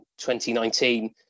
2019